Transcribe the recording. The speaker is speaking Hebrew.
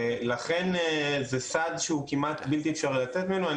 לכן, זה סד שהוא כמעט בלתי אפשרי לצאת ממנו.